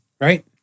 Right